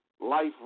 Life